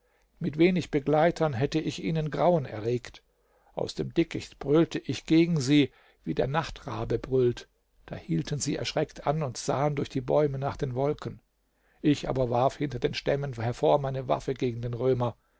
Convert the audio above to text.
mit wenig begleitern hätte ich ihnen grauen erregt aus dem dickicht brüllte ich gegen sie wie der nachtrabe brüllt da hielten sie erschreckt an und sahen durch die bäume nach den wolken ich aber warf hinter den stämmen hervor meine waffe gegen den römer